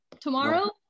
tomorrow